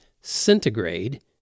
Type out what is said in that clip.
centigrade